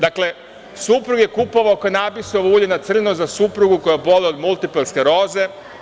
Dakle, suprug je kupovao kanabisovo ulje na crno za suprugu koja boluje od multipla skleroze.